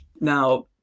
Now